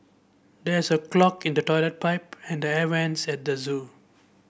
there is a clog in the toilet pipe and the air vents at the zoo